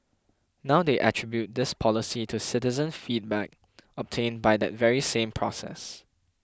now they attribute this policy to citizen feedback obtained by that very same process